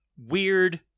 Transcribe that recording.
weird